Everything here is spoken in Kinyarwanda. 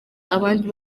abandi